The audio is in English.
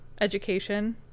education